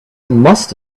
must